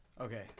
Okay